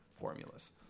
formulas